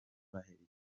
baherekeje